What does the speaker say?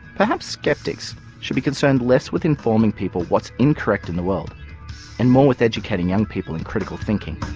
perhaps skeptics should be concerned less with informing people what's incorrect in the world and more with educating young people in critical thinking.